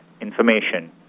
information